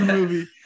movie